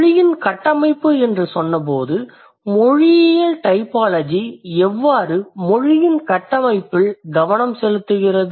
மொழியின் கட்டமைப்பு என்று சொன்னபோது மொழியியல் டைபாலஜி எவ்வாறு மொழியின் கட்டமைப்பில் கவனம் செலுத்துகிறது